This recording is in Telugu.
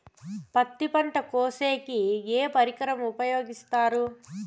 పత్తి పంట కోసేకి ఏ పరికరం ఉపయోగిస్తారు?